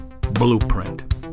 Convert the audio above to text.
blueprint